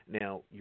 Now